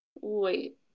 Wait